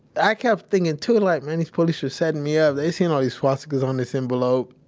i kept thinking too like, man, these police are setting me up. they seen all the swastikas on this envelope.